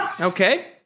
Okay